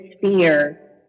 fear